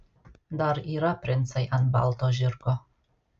dar yra princai ant balto žirgo